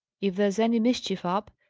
if there's any mischief up,